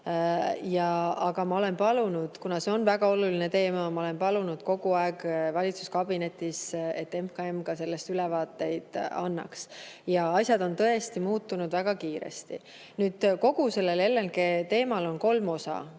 vahel olnud. Aga kuna see on väga oluline teema, ma olen palunud kogu aeg valitsuskabinetis, et MKM sellest ülevaateid annaks. Ja asjad on tõesti muutunud väga kiiresti. Kogu sellel LNG teemal on kolm osa.